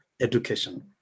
education